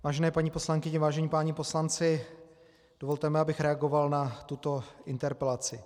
Vážené paní poslankyně, vážení páni poslanci, dovolte mi, abych reagoval na tuto interpelaci.